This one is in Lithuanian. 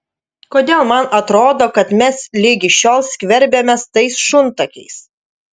kodėl man atrodo kad mes ligi šiol skverbiamės tais šuntakiais